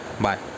Bye